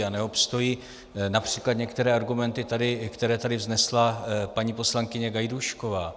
A neobstojí například některé argumenty, které tady vznesla paní poslankyně Gajdůšková.